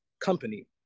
company